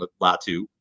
Latu